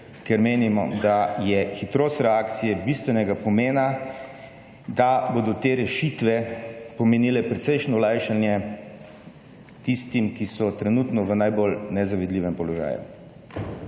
ker menimo, da je hitrost reakcije bistvenega pomena, da bodo te rešitve pomenile precejšnje olajšanje tistim, ki so trenutno v najbolj **48.